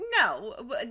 No